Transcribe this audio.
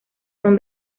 son